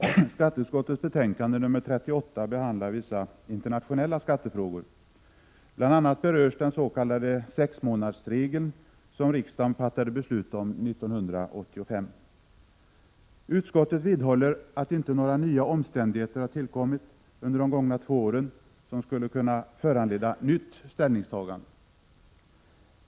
Herr talman! Skatteutskottets betänkande nr 38 behandlar vissa interna 2juni 1987 tionella skattefrågor. Bl. a. berörs den s.k. sexmånadersregeln som riksdagen fattade beslut om 1985. Utskottet vidhåller att några nya omständigheter som skulle kunna föranleda nytt ställningstagande inte har tillkommit under de gångna två åren.